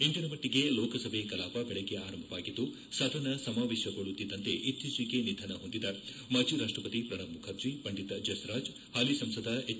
ಇಂದಿನ ಮಟ್ಟಿಗೆ ಲೋಕಸಭೆ ಕಲಾಪ ಬೆಳಗ್ಗೆ ಆರಂಭವಾಗಿದ್ದು ಸದನ ಸಮಾವೇಶಗೊಳ್ಳುತ್ತಿದ್ದಂತೆ ಇತ್ತೀಚೆಗೆ ನಿಧನ ಹೊಂದಿದ ಮಾಜಿ ರಾಷ್ಟಪತಿ ಪ್ರಣಬ್ ಮುಖರ್ಜೆ ಪಂಡಿತ್ ಜಸ್ರಾಜ್ ಹಾಲಿ ಸಂಸದ ಎಚ್